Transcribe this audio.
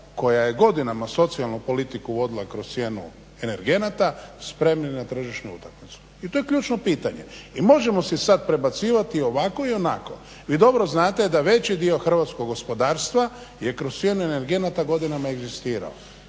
koja je godinama socijalnu politiku vodila kroz cijenu energenata spremni na tržišnu utakmicu. I to je ključno pitanje. I možemo si sada prebacivati i ovako i onako. Vi dobro znate da veći dio hrvatskog gospodarstva je kroz cijenu energenata godinama egzistirao.